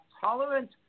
tolerant